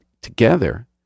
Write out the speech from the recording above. together